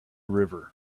river